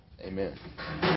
Amen